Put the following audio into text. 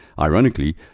Ironically